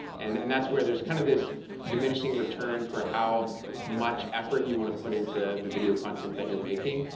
and and that's where there's kind of this diminishing return for how much effort you want to put into the video content that you're making.